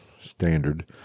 standard